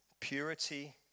Purity